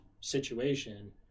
situation